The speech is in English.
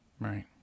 Right